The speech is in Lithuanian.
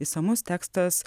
išsamus tekstas